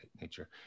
nature